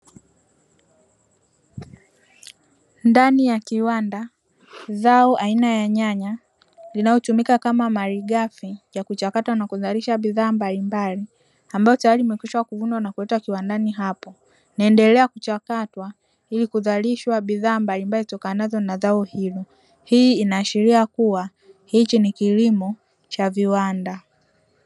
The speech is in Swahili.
Ndani ya kiwanda, zao aina ya nyanya, linalotumika kama malighafi ya kuchakata na kuzalisha bidhaa mbalimbali ambayo tayari imekwisha kuvunwa na kuletwa kiwandani hapo, inaendelea kuchakatwa ili kuzalishwa bidhaa mbalimbali zitokanazo na zao hilo, hii inaashiria kuwa hiki ni kilimo cha viwanda.